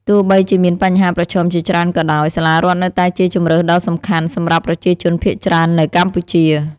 ទោះបីជាមានបញ្ហាប្រឈមជាច្រើនក៏ដោយ សាលារដ្ឋនៅតែជាជម្រើសដ៏សំខាន់ សម្រាប់ប្រជាជនភាគច្រើននៅកម្ពុជា។